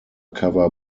cover